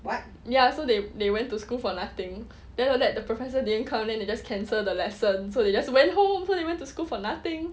ya so they they went to school for nothing then after that the professor didn't come then they just cancel the lesson so they just went home so they went to school for nothing